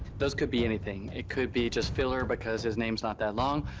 those could be anything it could be just filler because his name's not that long,